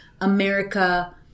America